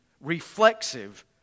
reflexive